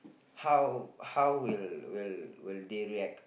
how how will will will they react